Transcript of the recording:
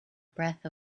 breath